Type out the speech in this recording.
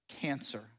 cancer